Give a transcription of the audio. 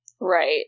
Right